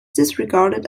disregarded